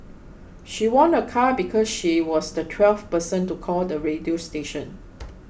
she won a car because she was the twelfth person to call the radio station